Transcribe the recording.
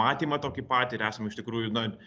matymą tokį patį ir esam iš tikrųjų na